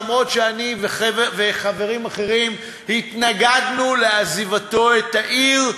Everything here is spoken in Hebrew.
אף שאני וחברים אחרים התנגדנו לעזיבתו את העיר,